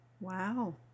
Wow